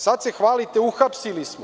Sada se hvalite – uhapsili smo.